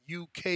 UK